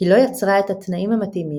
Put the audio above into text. "היא לא יצרה את התנאים המתאימים,